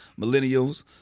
millennials